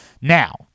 Now